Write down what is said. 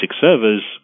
servers